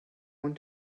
one